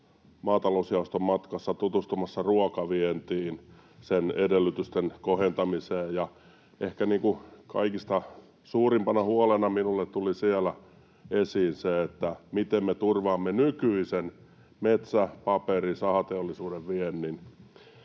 maatalousjaoston matkassa tutustumassa ruokavientiin, sen edellytysten kohentamiseen. Ehkä kaikista suurimpana huolena minulle tuli siellä esiin se, miten me turvaamme nykyisen metsä‑, paperi‑ ja sahateollisuuden viennin.